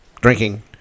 drinking